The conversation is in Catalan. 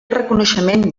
reconeixement